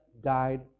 died